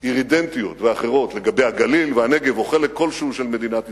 אירידנטיות ואחרות לגבי הגליל והנגב או חלק כלשהו של מדינת ישראל.